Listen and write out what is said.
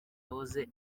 wahoze